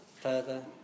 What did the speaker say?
further